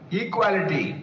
equality